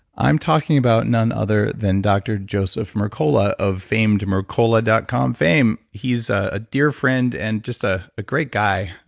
i'm talking about none other than dr. joseph mercola of famed mercola dot com fame. he's a dear friend and just ah a great guy.